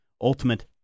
Ultimate